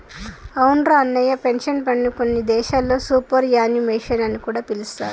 అవునురా అన్నయ్య పెన్షన్ ఫండ్ని కొన్ని దేశాల్లో సూపర్ యాన్యుమేషన్ అని కూడా పిలుస్తారు